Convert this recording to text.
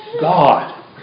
God